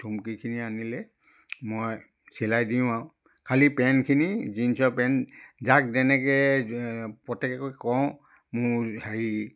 চুমকিখিনি আনিলে মই চিলাই দিওঁ আৰু খালী পেনখিনি জীনছৰ পেন যাক যেনেকৈ প্ৰত্যেককে কওঁ মোৰ হেৰি